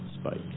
SPIKE